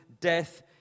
death